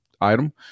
item